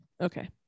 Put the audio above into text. okay